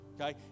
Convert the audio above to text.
okay